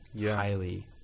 highly